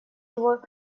его